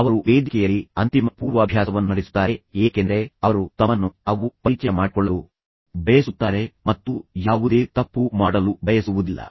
ಅವರು ವೇದಿಕೆಯಲ್ಲಿ ಅಂತಿಮ ಪೂರ್ವಾಭ್ಯಾಸವನ್ನು ನಡೆಸುತ್ತಾರೆ ಏಕೆಂದರೆ ಅವರು ತಮ್ಮನ್ನು ತಾವು ಪರಿಚಯ ಮಾಡಿಕೊಳ್ಳಲು ಬಯಸುತ್ತಾರೆ ಮತ್ತು ಯಾವುದೇ ತಪ್ಪು ಮಾಡಲು ಬಯಸುವುದಿಲ್ಲ